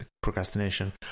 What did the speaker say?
procrastination